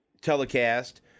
telecast